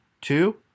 two